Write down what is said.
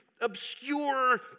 obscure